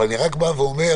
אני רק בא ואומר,